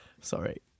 Sorry